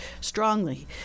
strongly